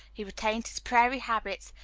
he retained his prairie habits,